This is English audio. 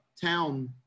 town